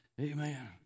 Amen